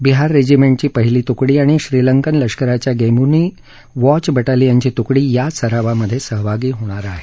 बिहार रेजिमेंटची पहिली तुकडी आणि श्रीलंकन लष्कराच्या गेमुनू वॉच बटालियनची तुकडी या सरावामध्ये सहभागी होतील